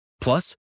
Plus